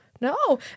no